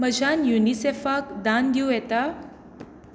म्हज्यान युनिसेफाक दान दिवं येता